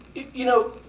you know,